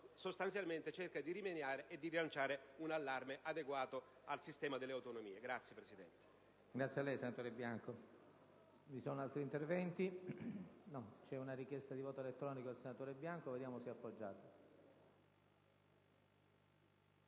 sostanzialmente, cerca di rimediare e di lanciare un allarme adeguato al sistema delle autonomie.